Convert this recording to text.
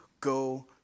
go